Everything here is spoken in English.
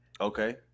Okay